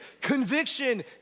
conviction